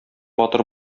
батыр